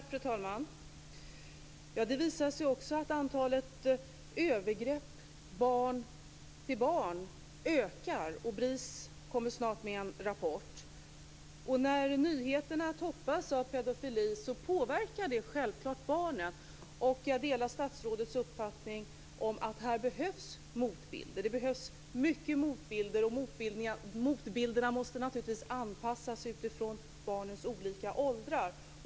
Fru talman! Det visar sig också att antalet övergrepp barn till barn ökar. BRIS kommer snart med en rapport. När nyheterna toppas av pedofili påverkar det självklart barnen. Jag delar statsrådets uppfattning om att det behövs motbilder. Det behövs många motbilder, och motbilderna måste naturligtvis anpassas utifrån barnens olika åldrar.